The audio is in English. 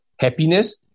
happiness